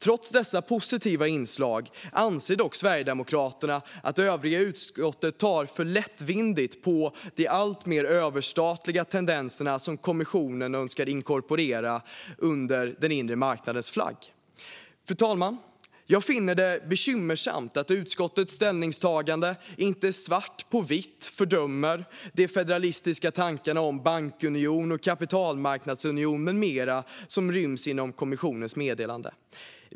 Trots dessa positiva inslag anser dock Sverigedemokraterna att övriga utskottet tar för lättvindigt på de alltmer överstatliga tendenser som kommissionen önskar inkorporera under den inre marknadens flagg. Fru talman! Jag finner det bekymmersamt att utskottets ställningstagande inte svart på vitt fördömer de federalistiska tankarna om bankunion, kapitalmarknadsunion med mera som ryms inom kommissionens meddelande.